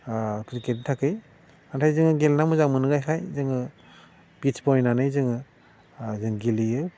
क्रिकेटनि थाखाय नाथाय जोङो गेलेना मोजां मोनोखाय जोङो पित्च बनायनानै जोङो जों गेलेयो